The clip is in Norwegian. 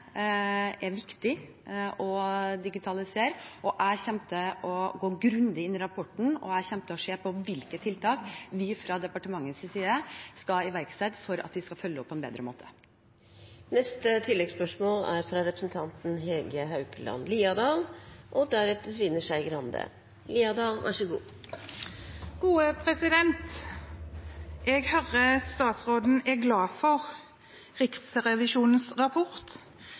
er viktig å digitalisere. Jeg kommer til å gå grundig inn i rapporten, og jeg kommer til å se på hvilke tiltak vi fra departementets side skal iverksette for at vi skal følge opp på en bedre måte. Hege Haukeland Liadal – til oppfølgingsspørsmål. Jeg hører at statsråden er glad for Riksrevisjonens rapport, og